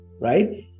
right